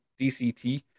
DCT